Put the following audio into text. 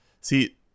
See